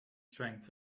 strength